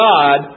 God